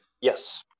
Yes